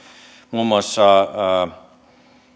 muun muassa